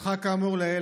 "בעשותך כאמור לעיל,